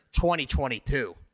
2022